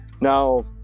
now